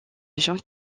john